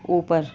اوپر